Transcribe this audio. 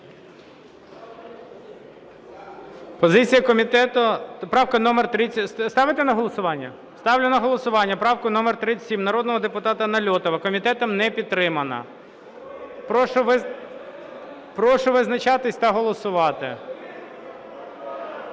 Позиція комітету. Правка номер 37. Ставити на голосування? Ставлю на голосування правку номер 37 народного депутата Нальотова. Комітетом не підтримана. Прошу визначатися та голосувати.